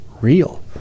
real